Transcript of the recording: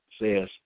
says